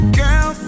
girl